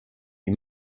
wie